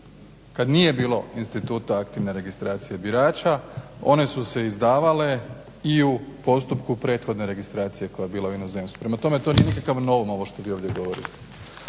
kad nije bilo instituta aktivne registracije birača. One su se izdavale i u postupku prethodne registracije koja je bila u inozemstvu. Prema tome, to nije nikakav novum ovo što vi ovdje govorite.